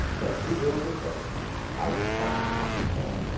let who will be president i can promise nothing more.